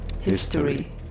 history